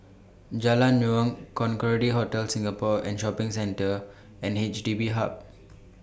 Jalan Naung Concorde Hotel Singapore and Shopping Centre and H D B Hub